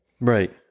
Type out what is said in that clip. Right